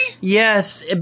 Yes